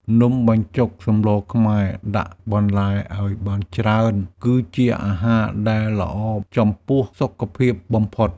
នំបញ្ចុកសម្លខ្មែរដាក់បន្លែឱ្យបានច្រើន គឺជាអាហារដែលល្អចំពោះសុខភាពបំផុត។